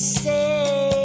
say